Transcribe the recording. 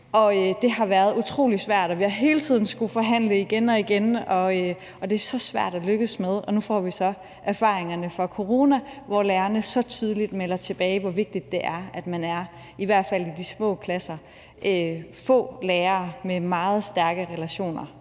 Det har været utrolig svært, og vi har hele tiden skullet forhandle igen og igen, og det er så svært at lykkes med, og nu får vi så erfaringerne fra corona, hvor lærerne så tydeligt melder tilbage, hvor vigtigt det er, at man i hvert fald i de små klasser er få lærere med meget stærke relationer